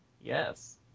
Yes